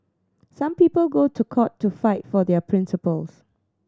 some people go to court to fight for their principles